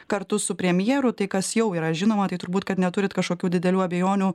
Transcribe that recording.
kartu su premjeru tai kas jau yra žinoma tai turbūt kad neturit kažkokių didelių abejonių